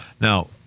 now